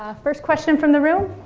um first question from the room.